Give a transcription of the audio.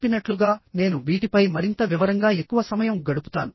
చెప్పినట్లుగా నేను వీటిపై మరింత వివరంగా ఎక్కువ సమయం గడుపుతాను